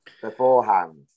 beforehand